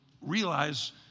realize